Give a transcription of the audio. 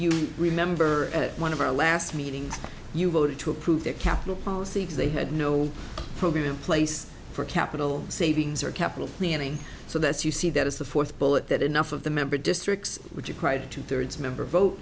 you remember at one of our last meetings you voted to approve the capital policy because they had no program in place for capital savings or capital planning so that's you see that is the fourth bullet that enough of the member districts which are cried two thirds member vote